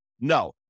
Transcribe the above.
no